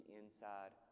inside